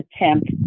attempt